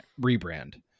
rebrand